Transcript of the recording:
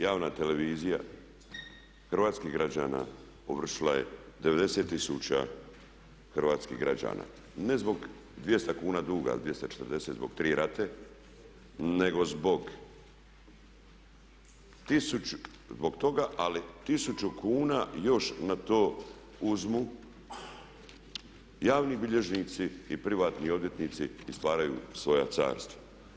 Javna televizija hrvatskih građana ovršila je 90000 hrvatskih građana ne zbog 200 kuna duga ili 240, zbog tri rate nego zbog toga, ali 1000 kuna još na to uzmu javni bilježnici i privatni odvjetnici i stvaraju svoja carstva.